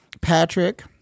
Patrick